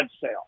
sale